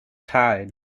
tide